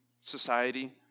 society